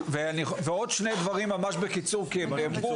ועוד שני דברים ממש בקיצור כי הם נאמרו,